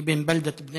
אבן בלדת בני